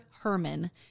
Herman